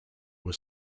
were